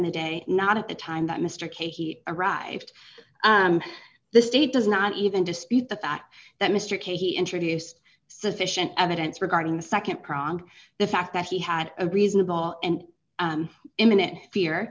the day not at the time that mr k he arrived the state does not even dispute the fact that mr k he introduced sufficient evidence regarding the nd prong the fact that he had a reasonable and imminent fear